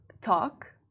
talk